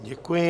Děkuji.